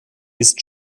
ist